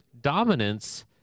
dominance